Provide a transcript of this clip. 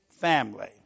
family